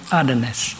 otherness